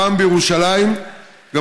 הפעם בירושלים.